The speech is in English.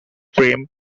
frame